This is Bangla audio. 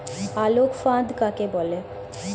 আলোক ফাঁদ কাকে বলে?